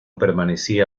permanecía